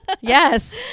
Yes